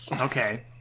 Okay